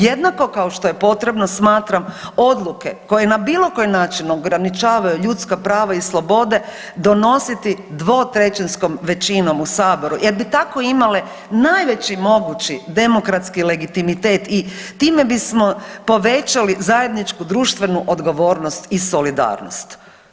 Jednako kao što je potrebno smatram odluke koje na bilo koji način ograničavaju ljudska prava i slobode donositi dvotrećinskom većinom u saboru jer bi tako imale najveći mogući demokratski legitimitet i time bismo povećali zajedničku društvenu odgovornost i solidarnost.